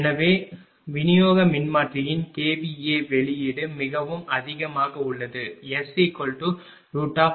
எனவே விநியோக மின்மாற்றியின் kVA வெளியீடு மிகவும் அதிகமாக உள்ளது SPs2Qs221